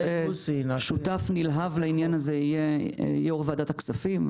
שותף נלהב לעניין הזה יהיה יו"ר ועדת הכספים.